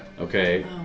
okay